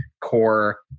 core